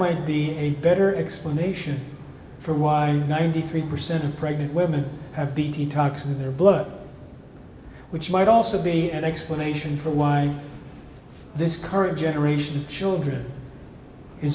might be a better explanation for why ninety three percent of pregnant women have bt toxins in their blood which might also be an explanation for why this current generation of children is